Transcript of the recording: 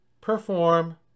perform